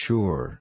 Sure